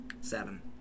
Seven